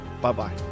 Bye-bye